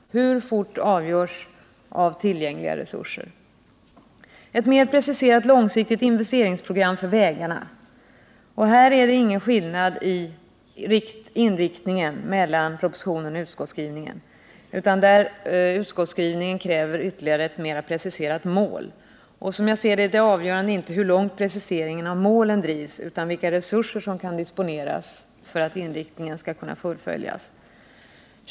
Hur snabbt den kan genomföras avgörs av tillgängliga resurser. Ett mer preciserat långsiktigt investeringsprogram för vägarna. — Här är det inga skillnader i inriktningen mellan propositionen och utskottsskrivningen. I utskottsskrivningen krävs bara ett mera preciserat mål. Som jag ser det är inte det avgörande hur långt preciseringen av målen drivs utan vilka resurser som kan disponeras för att inriktningen skall kunna fullföljas.